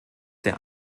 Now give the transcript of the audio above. der